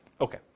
Okay